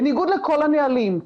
בניגוד לכל הנהלים.